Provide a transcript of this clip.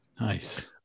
Nice